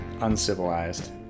Uncivilized